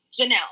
Janelle